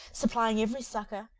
supplying every succour,